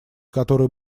которой